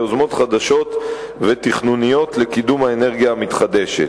ליוזמות חדשות ותכנוניות לקידום האנרגיה המתחדשת.